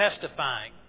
testifying